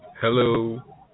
Hello